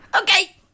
Okay